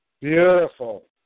Beautiful